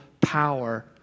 power